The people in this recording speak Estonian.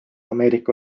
ameerika